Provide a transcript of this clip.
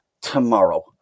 tomorrow